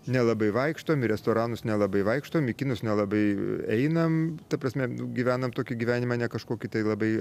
nelabai vaikštom į restoranus nelabai vaikštom į kinus nelabai einam ta prasme nu gyvenam tokį gyvenimą ne kažkokį tai labai